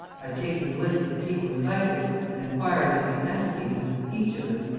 by taking the list of the people invited and inquiring into the antecedents of each of them,